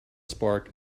spark